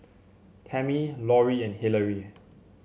Tamie Laurie and Hilary